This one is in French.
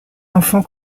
enfant